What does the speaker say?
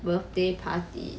birthday party